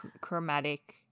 chromatic